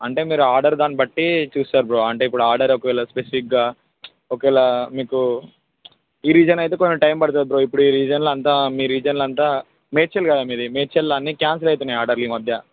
అంటే మీరు ఆర్డర్ దాన్ని బట్టి చూస్తారు బ్రో అంటే ఆర్డర్ ఒకవేళ స్పెసిఫిక్గా ఒకవేళ మీకు ఈ రీజన్ అయితే కొంచెం టైం పడుతుంది బ్రో ఇప్పుడు ఈ రీజన్లో అంతా మీ రీజన్లో అంతా మేడ్చల్ కదా మీది మేడ్చల్లో అన్ని క్యాన్సల్ అవుతున్నాయ్ ఆర్డర్ ఈ మధ్య